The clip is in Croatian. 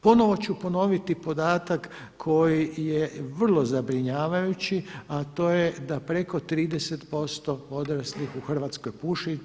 Ponovo ću ponoviti podatak koji je vrlo zabrinjavajući, a to je da preko 30% odraslih u Hrvatskoj puši.